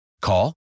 Call